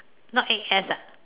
not eight S ah